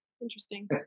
interesting